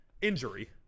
Injury